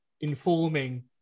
informing